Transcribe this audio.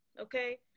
Okay